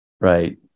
right